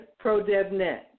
ProDevNet